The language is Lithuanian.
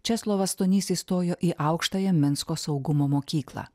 česlovas stonys įstojo į aukštąją minsko saugumo mokyklą